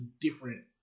different